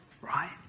right